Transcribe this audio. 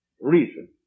reason